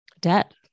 debt